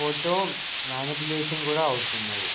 photo manipulation కూడా అవుతున్నది